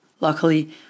Luckily